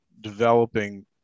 developing